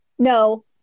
No